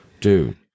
dude